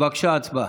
בבקשה, הצבעה.